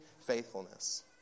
faithfulness